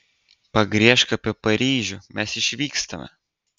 pagriežk apie paryžių mes išvykstame